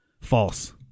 False